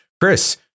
Chris